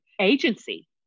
agency